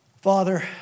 Father